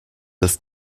des